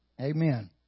Amen